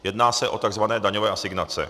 Jedná se o takzvané daňové asignace.